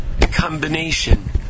combination